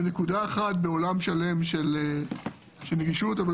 בנקודה אחת בעולם שלם של נגישות אבל